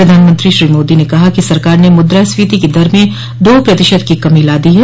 प्रधानमंत्री श्री मोदी ने कहा सरकार ने मुद्रास्फीती की दर में दो प्रतिशत की कमी ला दी है